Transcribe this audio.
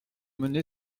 mené